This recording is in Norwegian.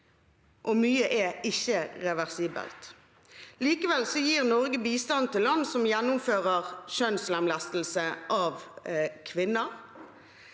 og mye er ikke reversibelt. Likevel gir Norge bistand til land som gjennomfører kjønnslemlestelse av kvinner.